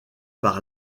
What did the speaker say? par